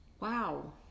Wow